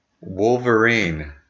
Wolverine